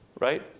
right